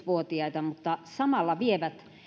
vuotiaita mutta samalla vievät